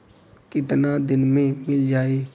कितना दिन में मील जाई?